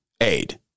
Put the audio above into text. aid